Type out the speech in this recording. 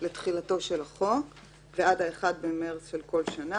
לתחילתו של החוק ועד 1 במרס של כל שנה.